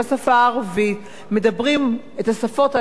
מדברים את השפות האלה עשרות מיליוני,